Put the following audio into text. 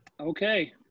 Okay